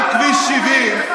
על כביש 70,